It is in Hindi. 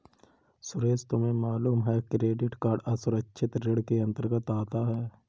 सुरेश तुम्हें मालूम है क्रेडिट कार्ड असुरक्षित ऋण के अंतर्गत आता है